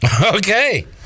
okay